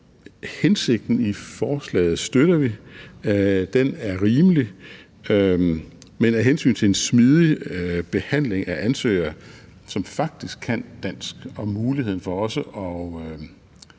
hensigten i forslaget støtter vi. Den er rimelig, men af hensyn til en smidig behandling af ansøgere, som faktisk kan dansk, og muligheden for også at